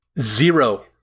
Zero